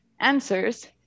answers